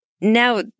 Now